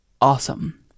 awesome